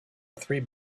three